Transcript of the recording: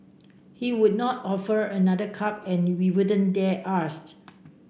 he would not offer another cup and we wouldn't dare ask